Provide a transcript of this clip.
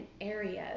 areas